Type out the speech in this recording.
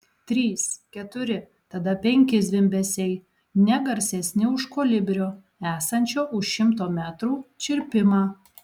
trys keturi tada penki zvimbesiai ne garsesni už kolibrio esančio už šimto metrų čirpimą